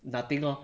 nothing lor